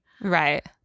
Right